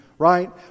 right